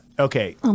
Okay